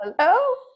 Hello